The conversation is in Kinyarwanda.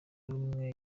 ubumwe